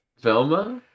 Velma